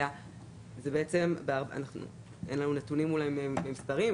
זה בעצם אין לנו נתונים אולי במספרים,